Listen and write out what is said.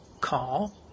call